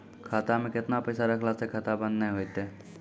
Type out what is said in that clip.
खाता मे केतना पैसा रखला से खाता बंद नैय होय तै?